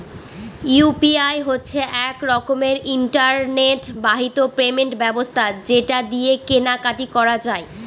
UPI হচ্ছে এক রকমের ইন্টারনেট বাহিত পেমেন্ট ব্যবস্থা যেটা দিয়ে কেনা কাটি করা যায়